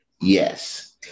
Yes